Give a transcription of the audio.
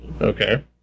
Okay